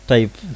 Type